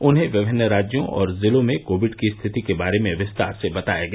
उन्हें विभिन्न राज्यों और जिलों में कोविड की स्थिति के बारे में विस्तार से बताया गया